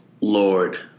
Lord